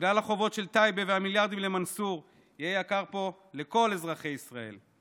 בגלל החובות של טייבה והמיליארדים למנסור יהיה יקר פה לכל אזרחי ישראל.